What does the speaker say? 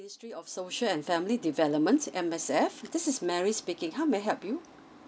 ministry of social and family development M_S_F this is mary speaking how may I help you